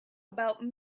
about